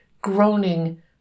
groaning